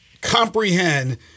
comprehend